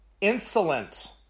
insolent